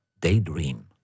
Daydream